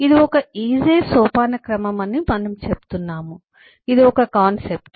ఇది ఒక is a సోపానక్రమం అని మనము చెప్తున్నాము ఇది ఒక కాన్సెప్ట్